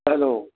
hello